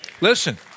Listen